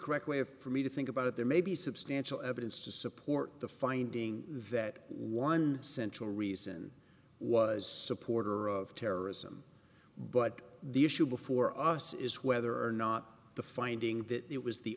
of for me to think about it there may be substantial evidence to support the finding that one central reason was supporter of terrorism but the issue before us is whether or not the finding that it was the